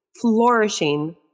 flourishing